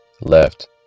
left